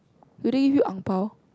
do they give you Ang Bao